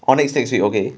orh next next week okay